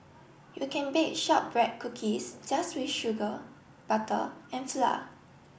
you can bake shortbread cookies just with sugar butter and flour